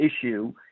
issue